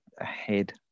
ahead